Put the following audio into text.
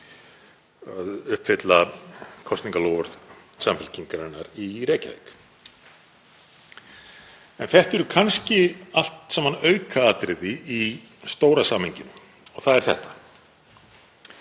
að uppfylla kosningaloforð Samfylkingarinnar í Reykjavík. En þetta eru kannski allt saman aukaatriði í stóra samhenginu sem er þetta: